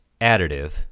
additive